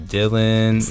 Dylan